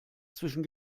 zwischen